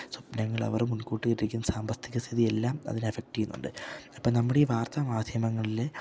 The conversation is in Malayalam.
സ്വപ്നങ്ങൾ അവർ മുൻകൂട്ടി ഇരിക്കുന്ന സാമ്പത്തിക സ്ഥിതി എല്ലാം അതിനെ അഫെക്റ്റ് ചെയ്യുന്നുണ്ട് അപ്പം നമ്മുടെ ഈ വാർത്ത മാധ്യമങ്ങളിൽ